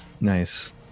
Nice